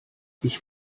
ich